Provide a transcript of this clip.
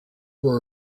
were